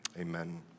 amen